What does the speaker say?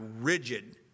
rigid